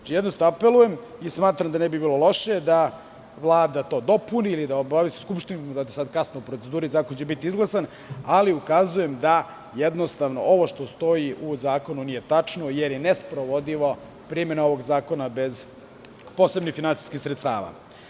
Apelujem i smatram da ne bi bilo loše da Vlada to dopuni ili da obavesti Skupštinu da će zakon u kasnijoj proceduri biti izglasan, ali ukazujem da ovo što stoji u zakonu nije tačno, jer je nesprovodiva primena ovog zakona bez posebnih finansijskih sredstava.